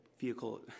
vehicle